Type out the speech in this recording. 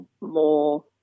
more